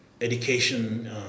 education